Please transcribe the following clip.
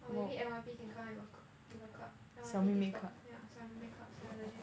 or maybe N_Y_P can come up with a clu~ with a club N_Y_P TikTok yeah 小妹妹 club sia legit